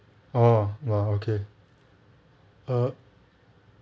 oh !wow! okay err